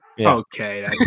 Okay